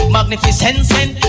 Magnificent